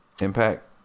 Impact